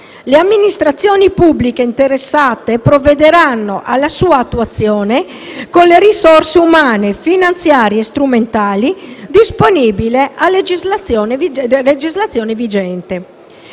Le amministrazioni pubbliche interessate provvederanno alla sua attuazione con le risorse umane, finanziarie e strumentali disponibili a legislazione vigente.